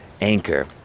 Anchor